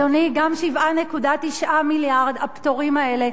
אדוני, גם 7.9 מיליארד, הפטורים האלה,